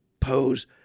pose